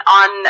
on